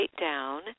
down